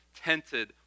tented